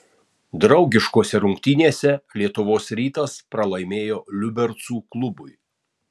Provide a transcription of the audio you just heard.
draugiškose rungtynėse lietuvos rytas pralaimėjo liubercų klubui